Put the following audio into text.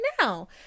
now